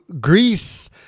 Greece